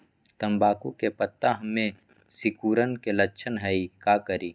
तम्बाकू के पत्ता में सिकुड़न के लक्षण हई का करी?